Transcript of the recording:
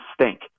stink